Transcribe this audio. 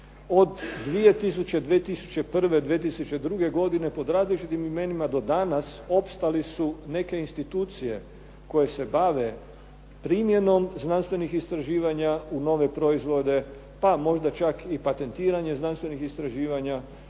2001., 2002. godine pod različitim imenima do danas opstali su neke institucije koje se bave primjenom znanstvenih istraživanja u nove proizvode, pa možda čak i patentiranje znanstvenih istraživanja